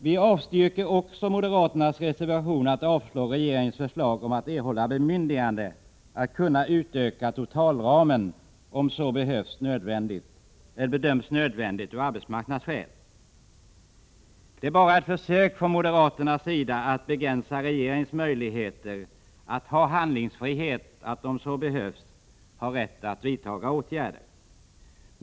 Vi avstyrker också moderaternas reservation om avslag på regeringens förslag om att erhålla bemyndigande att få utöka totalramen, om detta bedöms nödvändigt av arbetsmarknadsskäl. Det rör sig här om ett försök från moderaternas sida att begränsa regeringens möjligheter till handlingsfrihet att, om så behövs, vidta åtgärder.